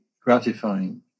gratifying